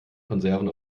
konserven